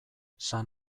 san